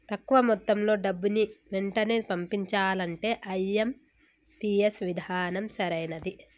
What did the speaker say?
తక్కువ మొత్తంలో డబ్బుని వెంటనే పంపించాలంటే ఐ.ఎం.పీ.ఎస్ విధానం సరైనది